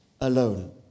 alone